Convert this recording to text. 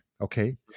okay